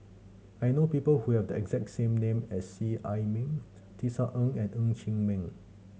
I know people who have the exact same name as Seet Ai Mee Tisa Ng and Ng Chee Meng